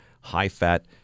high-fat